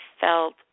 felt